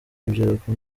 urubyiruko